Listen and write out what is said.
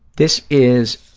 this is